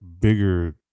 bigger